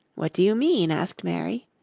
what do you mean? asked mary.